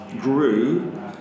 grew